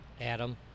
Adam